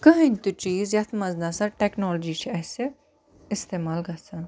کٕہۭنۍ تہِ چیٖز یَتھ منٛز نہ سا ٹٮ۪کنالجی چھِ اَسہِ اِستعمال گَژھان